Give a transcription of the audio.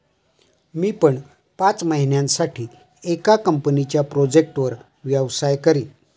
मी पण पाच महिन्यासाठी एका कंपनीच्या प्रोजेक्टवर व्यवसाय करीन